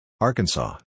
Arkansas